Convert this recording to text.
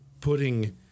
putting